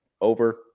over